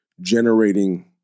generating